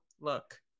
look